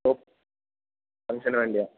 ഫങ്ങ്ഷന് വേണ്ടിയാണ്